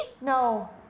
No